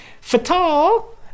Fatal